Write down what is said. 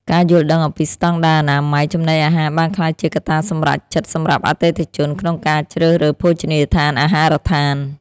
ការយល់ដឹងអំពីស្តង់ដារអនាម័យចំណីអាហារបានក្លាយជាកត្តាសម្រេចចិត្តសម្រាប់អតិថិជនក្នុងការជ្រើសរើសភោជនីយដ្ឋានអាហារដ្ឋាន។